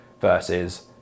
versus